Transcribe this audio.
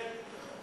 כן.